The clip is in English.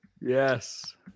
Yes